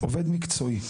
"עובד מקצועי".